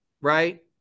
right